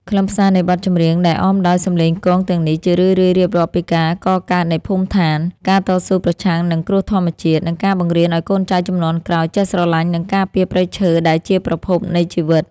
ខ្លឹមសារនៃបទចម្រៀងដែលអមដោយសម្លេងគងទាំងនេះ ជារឿយៗរៀបរាប់ពីការកកើតនៃភូមិឋាន ការតស៊ូប្រឆាំងនឹងគ្រោះធម្មជាតិ និងការបង្រៀនឱ្យកូនចៅជំនាន់ក្រោយចេះស្រឡាញ់ និងការពារព្រៃឈើដែលជាប្រភពនៃជីវិត។